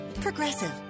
Progressive